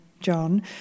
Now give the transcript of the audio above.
John